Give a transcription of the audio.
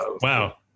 Wow